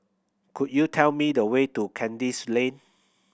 could you tell me the way to Kandis Lane